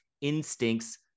instincts